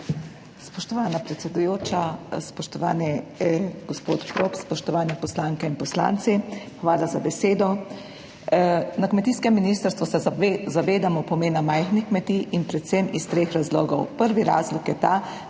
Hvala za besedo.